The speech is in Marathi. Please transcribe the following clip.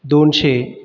दोनशे